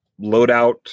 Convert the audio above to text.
loadout